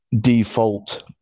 default